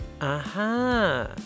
Aha